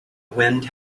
wind